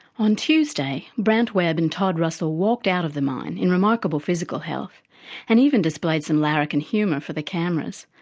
on tuesday brant webb and todd russell walked out of the mine in remarkable physical health and even displayed some larrikin humour for the cameras.